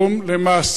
למעשה,